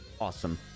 awesome